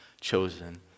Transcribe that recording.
chosen